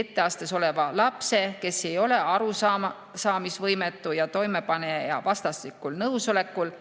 etteastes oleva lapse, kes ei ole arusaamisvõimetu, ja toimepanija vastastikusel nõusolekul